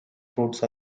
fruits